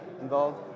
involved